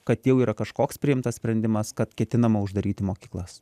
kad jau yra kažkoks priimtas sprendimas kad ketinama uždaryti mokyklas